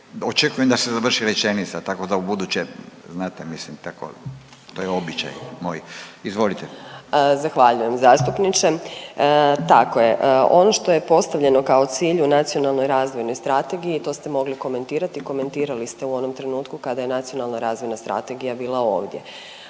očekujem da se završi rečenica, tako da ubuduće znate mislim tako, to je običaj moj. Izvolite. **Josić, Željka (HDZ)** Zahvaljujem zastupniče. Tako je, ono što je postavljeno kao cilj u Nacionalnoj razvojnoj strategiji, to ste mogli komentirati i komentirali ste u onom trenutku kad Nacionalna razvojna strategija bila ovdje